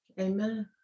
Amen